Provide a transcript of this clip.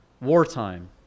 Wartime